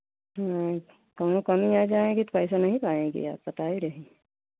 हाँ कौनो कमी आ जाएगी तो पैसा नहीं पाएंगी आप बताए रहे हैं